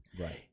right